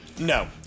no